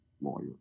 lawyer